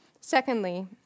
Secondly